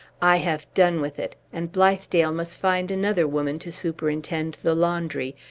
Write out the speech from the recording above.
i have done with it and blithedale must find another woman to superintend the laundry,